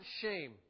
shame